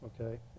okay